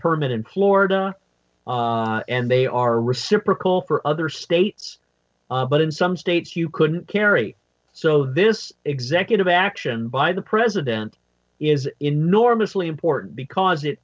permit in florida and they are reciprocal for other states but in some states you couldn't carry so this executive action by the president is enormously important because it